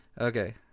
Okay